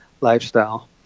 lifestyle